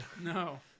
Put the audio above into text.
No